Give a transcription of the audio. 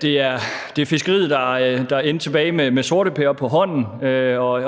det er fiskeriet, der sidder tilbage med sorteper på hånden.